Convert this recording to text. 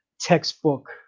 textbook